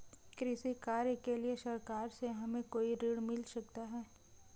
कृषि कार्य के लिए सरकार से हमें कोई ऋण मिल सकता है?